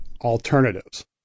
alternatives